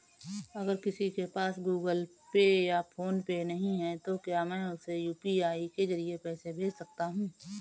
अगर किसी के पास गूगल पे या फोनपे नहीं है तो क्या मैं उसे यू.पी.आई के ज़रिए पैसे भेज सकता हूं?